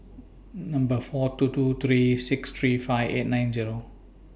Number four two two three six three five eight nine Zero